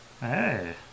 Hey